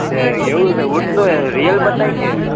ઠીક એવું છે ઉડતું એ રિયલ બતાવ્યું કે